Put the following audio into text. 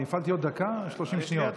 אני הפעלתי עוד דקה, 30 שניות.